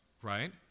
right